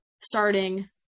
starting